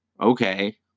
okay